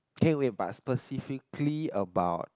K where but specifically about